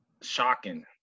shocking